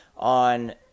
on